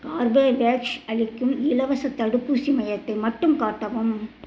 Corbevax அளிக்கும் இலவசத் தடுப்பூசி மையத்தை மட்டும் காட்டவும்